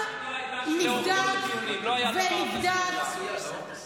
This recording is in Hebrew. המילים "מטומטמים הזויים" לא היו שם לאורך כל הדיונים.